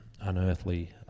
Unearthly